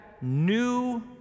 new